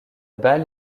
balle